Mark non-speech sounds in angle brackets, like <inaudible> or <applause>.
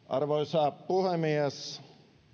<unintelligible> arvoisa puhemies